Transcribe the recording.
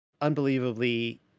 unbelievably